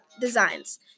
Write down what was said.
designs